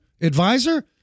advisor